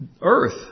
earth